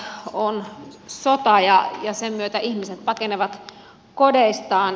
maailmassa on sota ja sen myötä ihmiset pakenevat kodeistaan